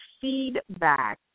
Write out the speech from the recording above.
feedback